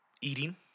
eating